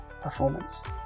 performance